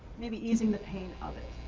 maybe easing the pain of it?